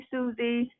Susie